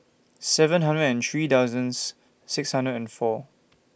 seven hundred and three thousands six hundred and four